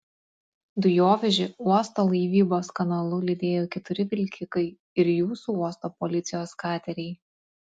dujovežį uosto laivybos kanalu lydėjo keturi vilkikai ir jūsų uosto policijos kateriai